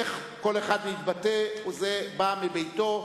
איך כל אחד מתבטא זה בא מביתו.